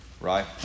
right